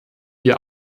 wir